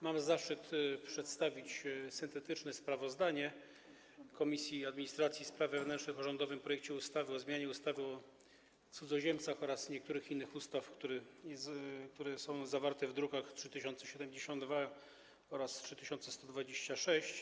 Mam zaszczyt przedstawić syntetyczne sprawozdanie Komisji Administracji i Spraw Wewnętrznych o rządowym projekcie ustawy o zmianie ustawy o cudzoziemcach oraz niektórych innych ustaw, który jest zawarty w drukach nr 3072 i 3126.